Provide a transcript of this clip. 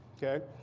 ok?